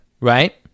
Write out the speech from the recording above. right